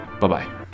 Bye-bye